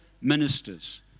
ministers